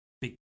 big